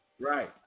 Right